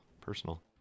personal